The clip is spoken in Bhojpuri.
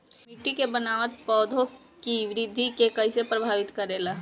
मिट्टी के बनावट पौधों की वृद्धि के कईसे प्रभावित करेला?